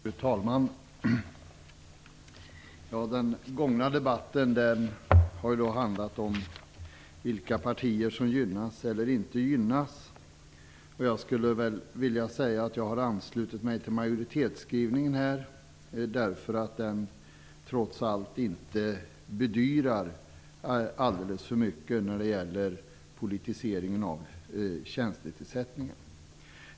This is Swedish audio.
Fru talman! Den gångna debatten har handlat om vilka partier som gynnas eller inte gynnas. Jag skulle vilja säga att jag har anslutit mig till majoritetsskrivningen därför att den trots allt inte bedyrar alldeles för mycket när det gäller politiseringen av tjänstetillsättningen.